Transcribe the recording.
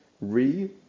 re-